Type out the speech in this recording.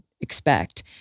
expect